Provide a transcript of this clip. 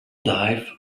dive